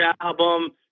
album